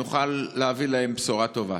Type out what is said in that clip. נוכל להביא להם בשורה טובה?